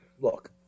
Look